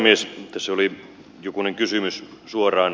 tässä oli jokunen kysymys suoraan